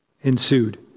ensued